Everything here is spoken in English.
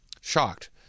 shocked